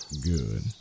Good